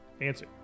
answer